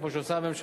כמו שעושה הממשלה,